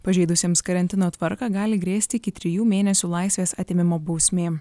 pažeidusiems karantino tvarka gali grėsti iki trijų mėnesių laisvės atėmimo bausmė